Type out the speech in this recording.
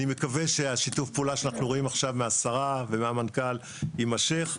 אני מקווה ששיתוף הפעולה שאנחנו רואים עכשיו מהשרה ומהמנכ"ל יימשך,